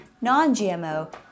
non-GMO